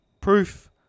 proof